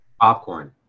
Popcorn